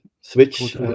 switch